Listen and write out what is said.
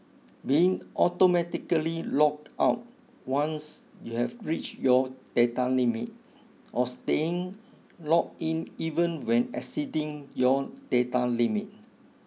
being automatically logged out once you've reached your data limit or staying logged in even when exceeding your data limit